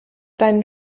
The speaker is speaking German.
deinen